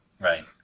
Right